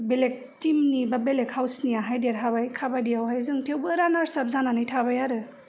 बेलेख टिमनि बा बेलेख हाउसनियाहाय देरहाबाय खाबादियावहाय जों थेवबो रानार्स आप जानानै थाबाय आरो